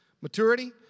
Maturity